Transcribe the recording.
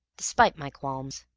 despite my qualms.